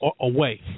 away